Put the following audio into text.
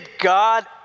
God